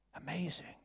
Amazing